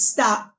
Stop